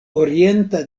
orienta